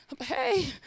hey